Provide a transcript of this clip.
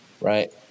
right